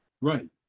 Right